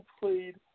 played